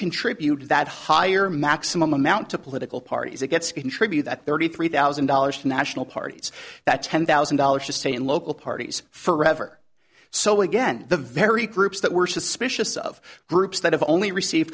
contribute that higher maximum amount to political parties it gets contribute that thirty three thousand dollars to national parties that ten thousand dollars just stay in local parties forever so again the very groups that were suspicious of groups that have only receive